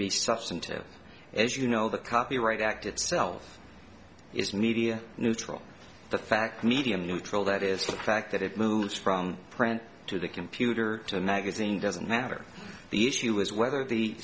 be substantive as you know the copyright act itself is media neutral the fact medium neutral that is the fact that it moves from print to the computer to nag is in doesn't matter the issue is whether the